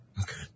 Okay